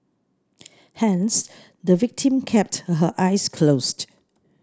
hence the victim kept her eyes closed